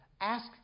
Ask